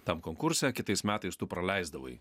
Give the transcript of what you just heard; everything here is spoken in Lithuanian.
tam konkurse kitais metais tu praleisdavai